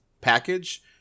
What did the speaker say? package